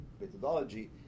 methodology